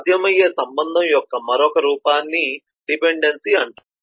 సాధ్యమయ్యే సంబంధం యొక్క మరొక రూపాన్ని డిపెండెన్సీ అంటారు